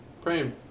praying